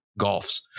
Golfs